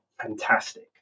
fantastic